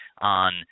on